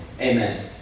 Amen